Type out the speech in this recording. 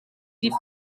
die